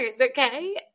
Okay